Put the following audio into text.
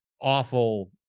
awful